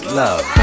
love